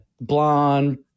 Blonde